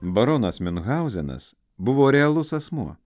baronas miunhauzenas buvo realus asmuo